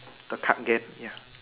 the card game ya